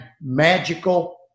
magical